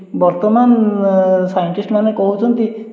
ବର୍ତ୍ତମାନ ସାଇଣ୍ଟିଷ୍ଟ୍ମାନେ କହୁଛନ୍ତି